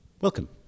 Welcome